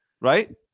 right